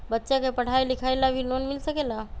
बच्चा के पढ़ाई लिखाई ला भी लोन मिल सकेला?